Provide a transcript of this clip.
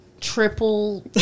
triple